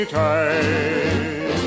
tight